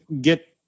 get